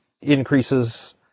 increases